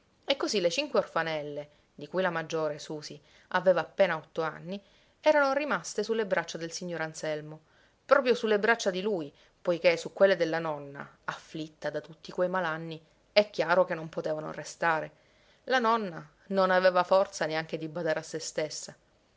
e così le cinque orfanelle di cui la maggiore susì aveva appena otto anni erano rimaste sulle braccia del signor anselmo proprio sulle braccia di lui poiché su quelle della nonna afflitta da tutti quei malanni è chiaro che non potevano restare la nonna non aveva forza neanche di badare a se stessa